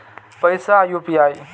पैसा यू.पी.आई?